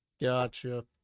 Gotcha